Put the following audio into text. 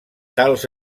tals